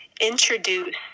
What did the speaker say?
introduce